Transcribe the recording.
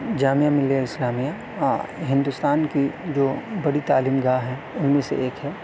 جامعہ ملیہ اسلامیہ ہندوستان کی جو بڑی تعلیم گاہ ہے ان میں سے ایک ہے